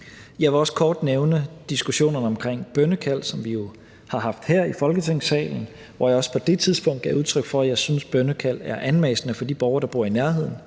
Jeg vil også kort nævne diskussionerne omkring bønnekald, som vi jo har haft her i Folketingssalen, hvor jeg også på det tidspunkt gav udtryk for, at jeg synes, at bønnekald er anmassende for de borgere, der bor i nærheden.